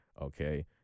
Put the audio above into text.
Okay